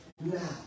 now